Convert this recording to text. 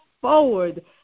forward